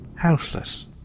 Houseless